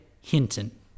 Hinton